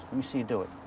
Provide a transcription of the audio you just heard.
let me see you do it.